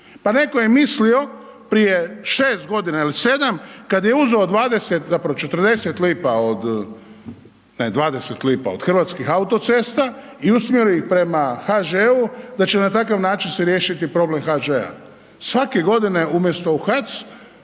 7. kad je uzeo 20, zapravo 40 lipa od, ne 20 lipa od hrvatskih autocesta i usmjerio ih prema HŽ-u da će na takav način se riješiti problem HŽ-a. Svake godine umjesto u